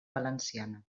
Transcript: valenciana